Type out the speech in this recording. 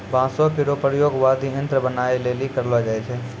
बांसो केरो प्रयोग वाद्य यंत्र बनाबए लेलि करलो जाय छै